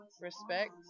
respect